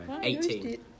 eighteen